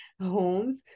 homes